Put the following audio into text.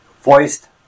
voiced